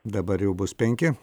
dabar jau bus penki